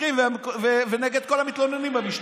נגד כל החוקרים ונגד כל המתלוננים במשטרה.